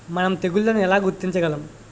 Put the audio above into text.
మనం తెగుళ్లను ఎలా గుర్తించగలం?